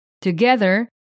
Together